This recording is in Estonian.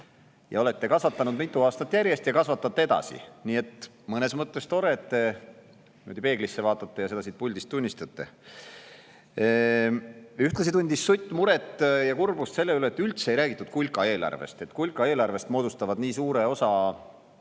ja olete kasvatanud mitu aastat järjest ning kasvatate edasi, nii et mõnes mõttes on tore, et te peeglisse vaatate ja seda siit puldist tunnistate. Ühtlasi tundis Sutt muret ja kurbust selle üle, et üldse ei räägitud kulka eelarvest ning et sellest moodustavad nii suure osa